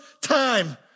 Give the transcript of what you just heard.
time